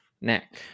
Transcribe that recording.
neck